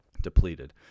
depleted